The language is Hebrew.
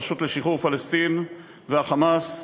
הרשות לשחרור פלסטין וה"חמאס",